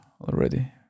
already